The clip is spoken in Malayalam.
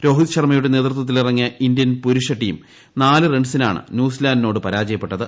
രോഹിത് ശർമ്മയുടെ നേതൃത്വത്തിലിറങ്ങിയ ഇന്ത്യൻ പുരുഷ ടീം നാല് റൺസിനാണ് ന്യൂസിലന്റിനോട് പ്പ്രാജയപ്പെട്ടത്